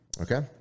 Okay